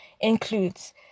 includes